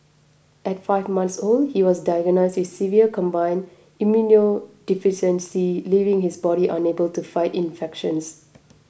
at five months old he was diagnosed severe combined immunodeficiency leaving his body unable to fight infections